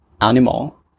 animal